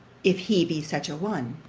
if he be such a one.